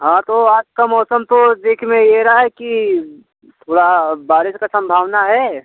हाँ तो आज का मौसम तो दिख में ये रहा है कि थोड़ई बारिश की संभावना है